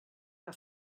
que